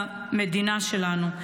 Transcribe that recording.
במדינה שלנו.